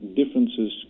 differences